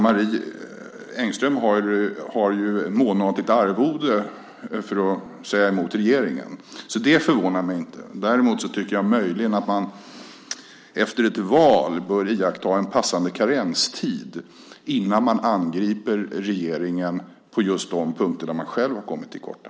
Marie Engström har ju ett månatligt arvode för att säga emot regeringen, så det förvånar mig inte. Däremot tycker jag möjligen att man efter ett val bör iaktta en passande karenstid innan man angriper regeringen på just de punkter där man själv har kommit till korta.